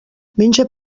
menja